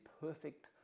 perfect